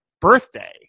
birthday